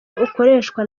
ukoreshwa